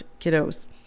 kiddos